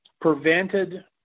prevented